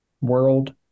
world